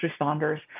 responders